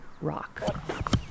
rock